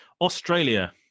Australia